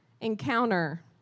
encounter